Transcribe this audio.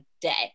day